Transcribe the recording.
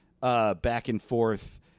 back-and-forth